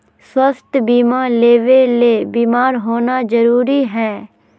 स्वास्थ्य बीमा लेबे ले बीमार होना जरूरी हय?